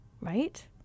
right